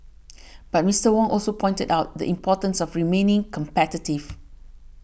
but Mister Wong also pointed out the importance of remaining competitive